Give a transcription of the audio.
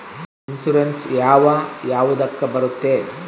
Insurance ಯಾವ ಯಾವುದಕ್ಕ ಬರುತ್ತೆ?